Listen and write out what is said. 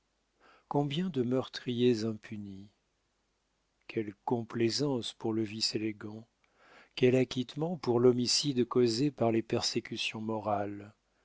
combien de meurtriers impunis quelle complaisance pour le vice élégant quel acquittement pour l'homicide causé par les persécutions morales